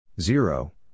Zero